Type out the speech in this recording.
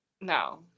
No